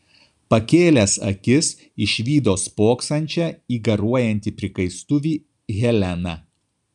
pakėlęs akis išvydo spoksančią į garuojantį prikaistuvį heleną